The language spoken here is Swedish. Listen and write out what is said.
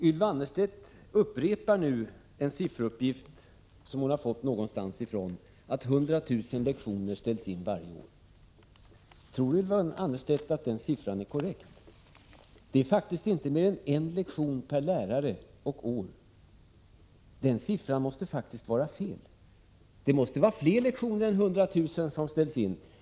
Ylva Annerstedt upprepar nu en sifferuppgift som hon har fått någonstans ifrån, att 100 000 lektioner ställs in varje år. Tror Ylva Annerstedt att den uppgiften är korrekt? Det är faktiskt inte mer än en lektion per lärare och år. Den siffran måste vara fel. Det måste vara fler lektioner än 100 000 som ställs in.